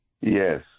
Yes